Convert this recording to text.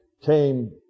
came